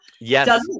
Yes